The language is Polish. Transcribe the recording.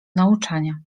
nauczania